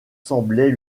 semblait